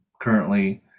currently